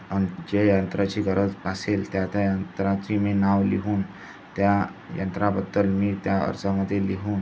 आणि जे यंत्राची गरज असेल त्या त्या यंत्राची मी नाव लिहून त्या यंत्राबद्दल मी त्या अर्जामध्ये लिहून